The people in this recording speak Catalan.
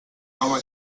home